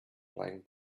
playing